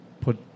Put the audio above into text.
put